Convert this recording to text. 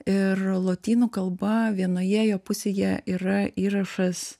ir lotynų kalba vienoje jo pusėje yra įrašas